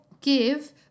give